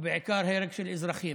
ובעיקר הרג של אזרחים.